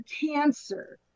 cancer